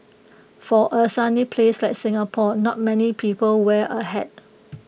for A sunny place like Singapore not many people wear A hat